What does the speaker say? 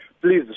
Please